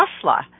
Tesla